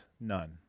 none